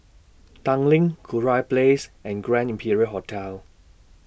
Tanglin Kurau Place and Grand Imperial Hotel